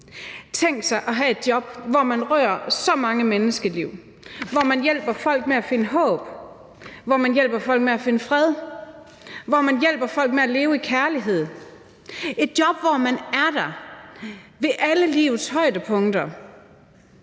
Tænk, at have et job, hvor man rører så mange menneskeliv, hvor man hjælper folk med at finde håb, hvor man hjælper folk med at finde fred, hvor man hjælper folk med at leve i kærlighed, et job, hvor man er der ved alle livets højdepunkter: